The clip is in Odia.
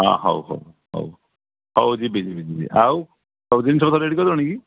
ହଁ ହଉ ହଉ ହଉ ହଉ ଯିବି ଯିବି ଆଉ ସବୁ ଜିନିଷ ପତ୍ର ରେଡ଼ି କଲଣି କି